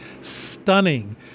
stunning